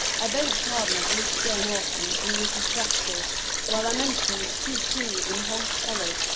i beg the pardon of miss jane austen and mrs. gaskell while i mention who's who in hogg's hollow,